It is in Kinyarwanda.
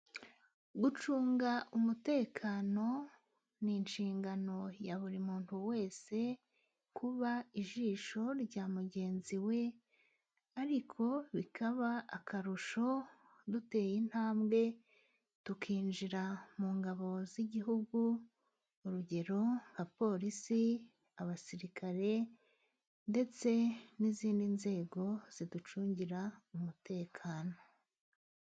Gucunga umutekano ni inshingano ya buri muntu wese. kuba ijisho rya mugenzi we ariko bikaba akarusho duteye intambwe tukinjira mu ngabo z'igihugu urugero nkapolisi abasirikare ndetse n'izindi nzego ziducungira umutekano.